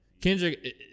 Kendrick